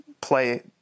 play